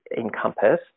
encompass